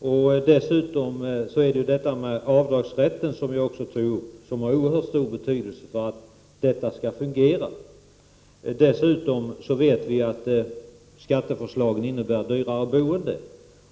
Jag tog också upp avdragsrätten som har oerhört stor betydelse för att detta skall fungera. Vi vet att de föreliggande skatteförslagen innebär ett dyrare boende.